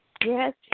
Yes